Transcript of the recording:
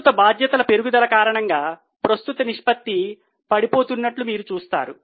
ప్రస్తుత బాధ్యతల పెరుగుదల కారణంగా ప్రస్తుత నిష్పత్తి పడిపోతున్నట్లు మీరు చూస్తారు